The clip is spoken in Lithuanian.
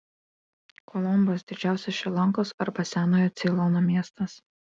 kolombas didžiausias šri lankos arba senojo ceilono miestas